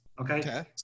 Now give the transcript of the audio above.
okay